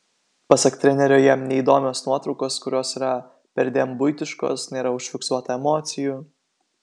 pasak trenerio jam neįdomios nuotraukos kurios yra perdėm buitiškos nėra užfiksuota emocijų